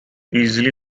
easily